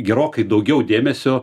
gerokai daugiau dėmesio